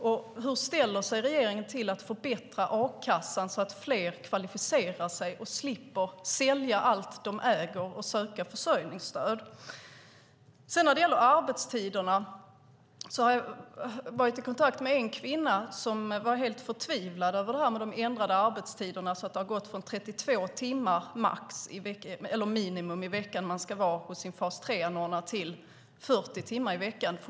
Och hur ställer sig regeringen till att förbättra a-kassan så att fler kvalificerar sig och slipper sälja allt de äger och söka försörjningsstöd? När det gäller arbetstiderna har jag varit i kontakt med en kvinna som var helt förtvivlad över de ändrade arbetstiderna. Det har gått från 32 timmar, minimum, i veckan som man ska vara hos sin fas 3-anordnare till 40 timmar i veckan.